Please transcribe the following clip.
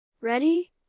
Ready